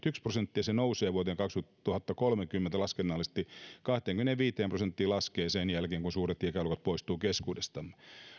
kaksikymmentäyksi prosenttia se nousee vuoteen kaksituhattakolmekymmentä laskennallisesti kahteenkymmeneenviiteen prosenttiin ja laskee sen jälkeen kun suuret ikäluokat poistuvat keskuudestamme